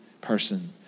person